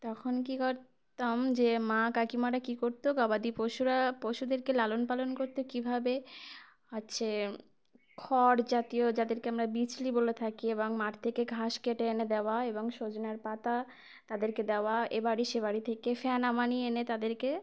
তখন কী করতাম যে মা কাকিমারা কী করতো গবাদি পশুরা পশুদেরকে লালন পালন করতো কীভাবে হচ্ছে খড় জাতীয় যাদেরকে আমরা বিচুলি বলে থাকি এবং মাঠ থেকে ঘাস কেটে এনে দেওয়া এবং সজিনার পাতা তাদেরকে দেওয়া এ বাড়ি সে বাড়ি থেকে ফ্যান আমানি এনে তাদেরকে